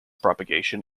propagation